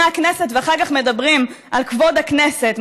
הכנסת ואחר כך מדברים על כבוד הכנסת.